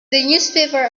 newspaper